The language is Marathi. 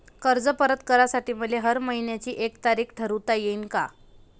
कर्ज परत करासाठी मले हर मइन्याची एक तारीख ठरुता येईन का?